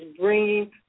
bringing